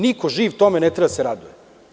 Niko živ tome ne treba da se raduje.